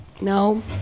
No